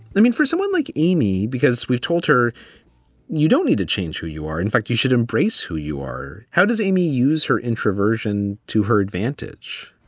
i mean, for someone like amy, because we've told her you don't need to change who you are, in fact, you should embrace who you are. how does amy use her introversion to her advantage?